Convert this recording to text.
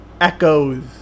echoes